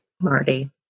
Marty